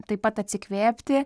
taip pat atsikvėpti